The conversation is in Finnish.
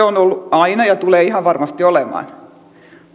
on ollut aina ja tulee ihan varmasti olemaan